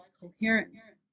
coherence